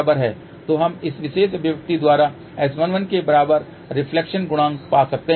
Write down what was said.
तो हम इस विशेष अभिव्यक्ति द्वारा S11 के बराबर रिफ्लेक्शन गुणांक पा सकते हैं